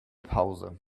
pause